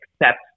accept